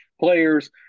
players